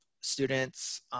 students